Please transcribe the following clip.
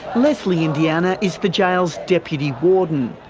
leslie indiana is the jail's deputy warden,